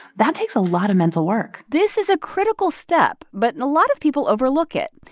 that takes a lot of mental work this is a critical step, but and a lot of people overlook it.